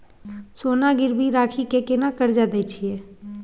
सोना गिरवी रखि के केना कर्जा दै छियै?